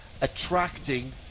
attracting